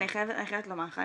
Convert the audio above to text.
אני חייבת לומר לך,